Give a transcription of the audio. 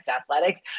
athletics